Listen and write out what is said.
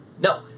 No